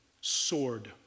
Sword